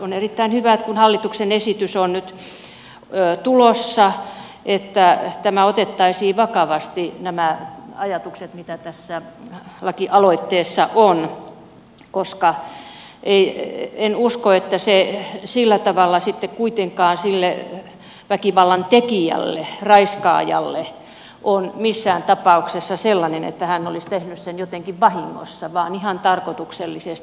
on erittäin hyvä että kun hallituksen esitys on nyt tulossa että otettaisiin vakavasti nämä ajatukset mitä tässä lakialoitteessa on koska en usko että se sillä tavalla kuitenkaan sille väkivallantekijälle raiskaajalle on missään tapauksessa sellainen että hän olisi tehnyt sen jotenkin vahingossa vaan ihan tarkoituksellisesti